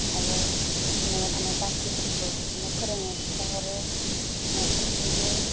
आरो न'आव थानाय बाखिफोरखौ बिदिनो फोरङो फैसा हरो न'फोर लुयो